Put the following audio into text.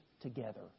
together